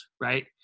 right